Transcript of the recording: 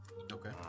Okay